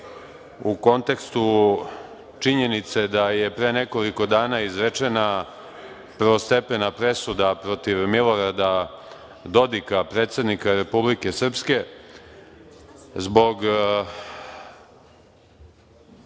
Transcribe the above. u kontekstu činjenice da je pre nekoliko dana izrečena prvostepena presuda protiv Milorada Dodika predsednika Republike Srpske zbog...Mogu